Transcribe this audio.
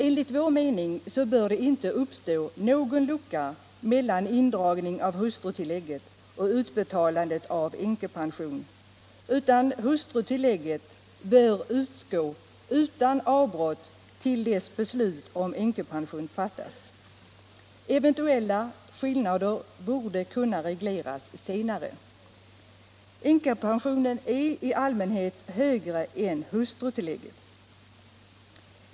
Enligt vår mening bör det inte uppstå någon lucka mellan indragningen av hustrutillägget och utbetalandet av änkepension, utan hustrutillägget bör utgå utan avbrott till dess beslut om änkepension fattats. Eventuella skillnader borde kunna regleras senare. Änkepensionen är i allmänhet högre än hustrutillägget.